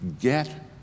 get